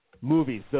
movies